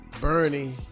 Bernie